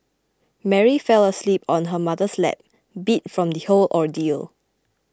Mary fell asleep on her mother's lap beat from the whole ordeal